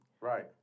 Right